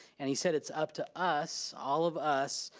and he said it's up to us, all of us,